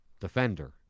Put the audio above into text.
Defender